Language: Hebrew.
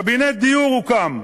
קבינט דיור הוקם.